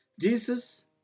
Jesus